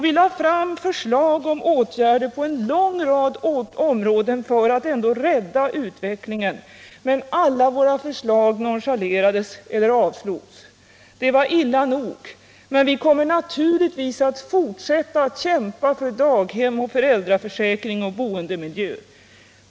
Vi lade fram förslag om åtgärder på en lång rad områden för att försäkra oss om fortsatta reformer, men alla våra förslag nonchalerades eller avslogs. Det var illa nog. Men vi kommer naturligtvis att fortsätta att kämpa för daghem, föräldraförsäkring och boendemiljö.